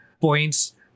points